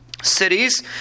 Cities